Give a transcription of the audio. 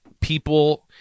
people